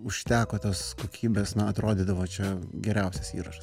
užteko tos kokybės na atrodydavo čia geriausias įrašas